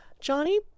Johnny